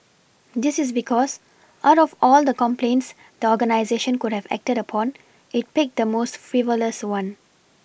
this is because out of all the complaints the organisation could have acted upon it picked the most frivolous one